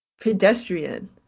pedestrian